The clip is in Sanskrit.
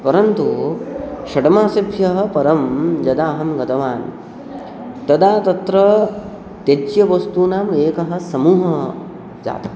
परन्तु षड् मासेभ्यः परं यदा अहं गतवान् तदा तत्र त्याज्यवस्तूनाम् एकः समूहः जातः